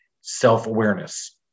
self-awareness